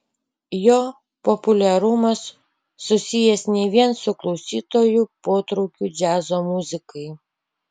jo populiarumas susijęs ne vien su klausytojų potraukiu džiazo muzikai